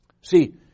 See